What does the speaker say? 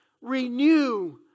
Renew